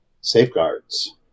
Safeguards